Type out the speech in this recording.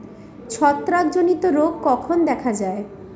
ছত্রাক জনিত রোগ কখন দেখা য়ায়?